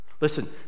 Listen